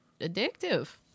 addictive